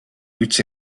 roots